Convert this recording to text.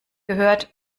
gehört